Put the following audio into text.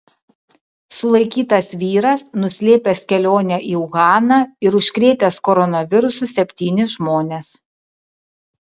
sulaikytas vyras nuslėpęs kelionę į uhaną ir užkrėtęs koronavirusu septynis žmones